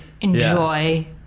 enjoy